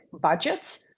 budgets